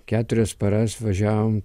keturias paras važiavom